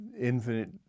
infinite